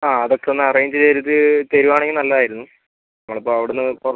ആ അതൊക്കെ ഒന്ന് അറേഞ്ച് ചെയ്ത് തരുവാണെങ്കിൽ നല്ലതായിരുന്നു നമ്മൾ ഇപ്പം അവിടുന്ന്